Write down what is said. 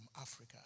Africa